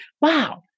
wow